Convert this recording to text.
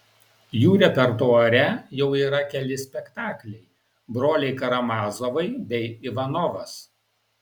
jų repertuare jau yra keli spektakliai broliai karamazovai bei ivanovas